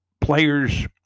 players